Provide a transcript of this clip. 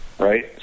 Right